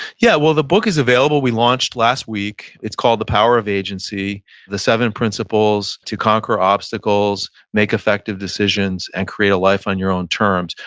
yeah, well the book is available. we launched last week. it's called the power of agency the seven principles to conquer obstacles, make effective decisions, and create a life on your own terms.